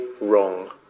wrong